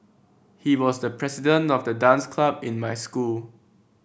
he was the president of the dance club in my school